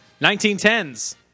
1910s